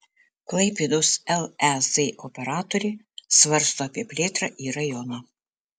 klaipėdos lez operatorė svarsto apie plėtrą į rajoną